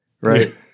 right